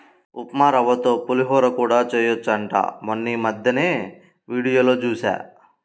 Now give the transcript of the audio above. ఉప్మారవ్వతో పులిహోర కూడా చెయ్యొచ్చంట మొన్నీమద్దెనే వీడియోలో జూశా